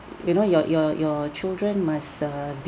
you know your your your children must err